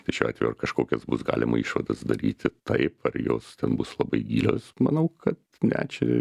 tai šiuo atveju ar kažkokias bus galima išvadas daryti taip ar jos ten bus labai gilios manau kad ne čia